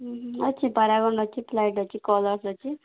ହୁଁ ହୁଁ ଅଛେ ପାରାଗନ୍ ଅଛେ ଫ୍ଲାଇଟ୍ ଅଛେ କଲର୍ସ୍ ଅଛେ